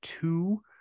two